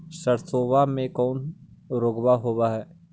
सरसोबा मे कौन रोग्बा होबय है?